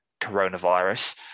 coronavirus